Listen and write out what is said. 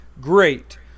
great